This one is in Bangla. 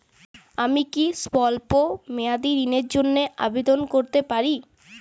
আমি কি স্বল্প মেয়াদি ঋণের জন্যে আবেদন করতে পারি?